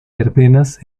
verbenas